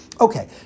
Okay